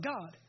God